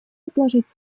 изложить